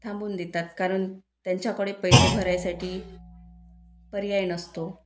थांबवून देतात कारण त्यांच्याकडे पैसे भरायसाठी पर्याय नसतो